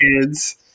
kids